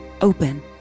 Open